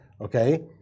okay